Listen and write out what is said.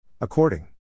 According